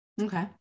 Okay